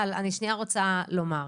אבל אני שנייה רוצה לומר: